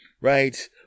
right